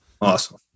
Awesome